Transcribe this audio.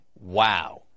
wow